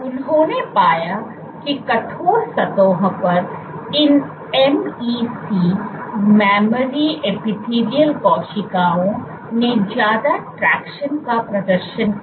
उन्होंने पाया कि कठोर सतहों पर इन MEC मेमोरी एपिथेलियल कोशिकाओं ने ज्यादा ट्रैक्शन का प्रदर्शन किया